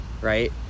right